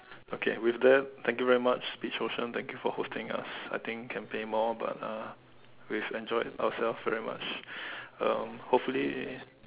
okay with that thank you very much speech ocean thank you for hosting us I think can pay more but uh we've enjoyed ourselves very much um hopefully